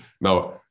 Now